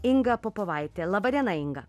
inga popovaitė laba diena inga